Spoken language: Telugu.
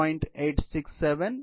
8667 0 1 0